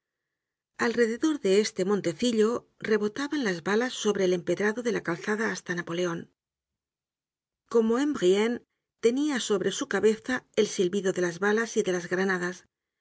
alrededor de este montecillo rebotaban las balas sobre el empedrado de la calzada hasta napoleon como en brienne tenia sobre su cabeza el silbido de las balas y de las granadas